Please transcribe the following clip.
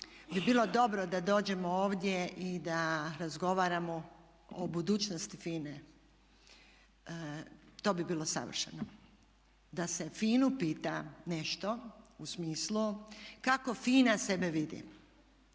bi bilo dobro da dođemo ovdje i da razgovaramo o budućnosti FINA-e. To bi bilo savršeno. Da se FINA-u pita nešto, u smislu kako FINA sebe vidi